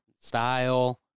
style